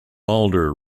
alder